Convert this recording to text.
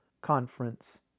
conference